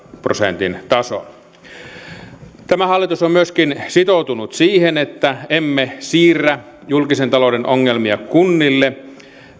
prosentin tason tämä hallitus on myöskin sitoutunut siihen että emme siirrä julkisen talouden ongelmia kunnille